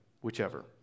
whichever